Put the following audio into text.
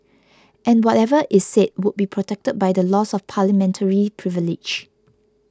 and whatever is said would be protected by the laws of Parliamentary privilege